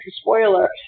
spoiler